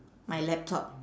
my laptop